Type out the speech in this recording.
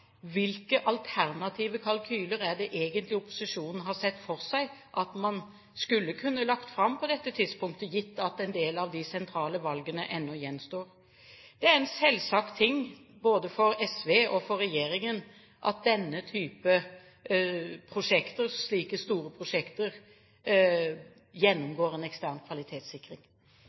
Hvilke alternative kalkyler er det egentlig opposisjonen har sett for seg at man skulle kunne lagt fram på dette tidspunktet, gitt at en del av de sentrale valgene ennå gjenstår? Det er en selvsagt ting både for SV og for regjeringen at slike store prosjekter gjennomgår en ekstern kvalitetssikring.